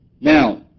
Now